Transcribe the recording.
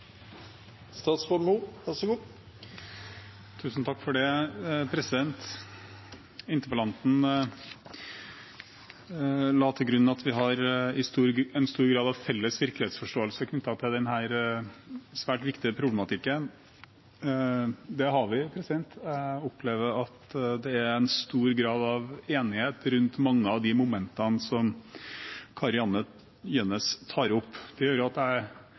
Interpellanten la til grunn at vi har en stor grad av felles virkelighetsforståelse knyttet til denne svært viktige problematikken. Det har vi. Jeg opplever at det er en stor grad av enighet rundt mange av de momentene som Kari-Anne Jønnes tar opp. Det gjør at jeg